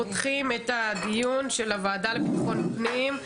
אני פותחת את הדיון של הוועדה לביטחון הפנים.